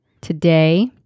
today